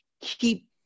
keep